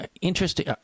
interesting